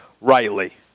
rightly